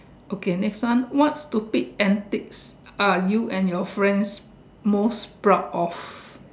okay next one what stupid antics are you and your friends most proud of